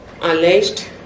alleged